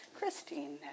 Christine